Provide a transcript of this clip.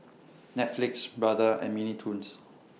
Netflix Brother and Mini Toons